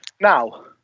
Now